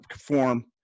form